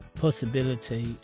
possibility